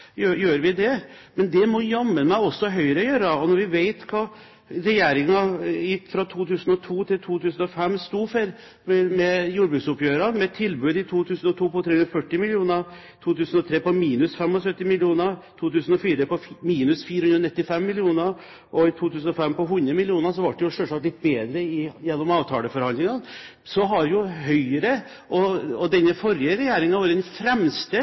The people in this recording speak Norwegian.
Selvsagt gjør vi det, og det må jammen også Høyre gjøre. Når vi vet hva regjeringen fra 2001 til 2005 sto for når det gjaldt jordbruksoppgjørene, med tilbud i 2002 på 340 mill. kr, i 2003 på minus 75 mill. kr, i 2004 på minus 495 mill. kr og i 2005 på 100 mill. kr – det ble selvsagt litt bedre gjennom avtaleforhandlingene – har Høyre og den forrige regjeringen vært de fremste til å undergrave inntektsutviklingen og